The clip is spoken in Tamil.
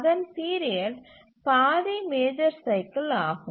அதன் பீரியட் பாதி மேஜர் சைக்கில் ஆகும்